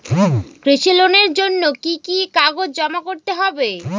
কৃষি লোনের জন্য কি কি কাগজ জমা করতে হবে?